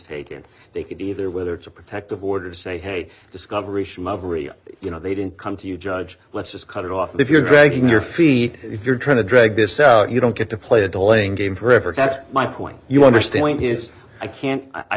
taken they could either whether it's a protective order to say hey discovery you know they didn't come to you judge let's just cut it off if you're dragging your feet if you're trying to drag this out you don't get to play a delaying game forever after my point you understand his i can't i